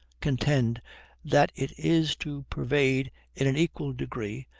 contend that it is to pervade in an equal degree,